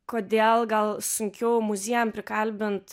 kodėl gal sunkiau muziejam prikalbint